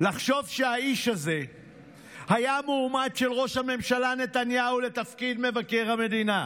לחשוב שהאיש הזה היה מועמד של ראש הממשלה נתניהו לתפקיד מבקר המדינה,